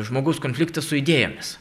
žmogaus konfliktą su idėjomis